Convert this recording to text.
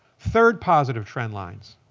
third positive trend lines,